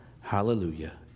Hallelujah